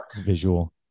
visual